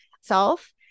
self